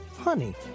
Honey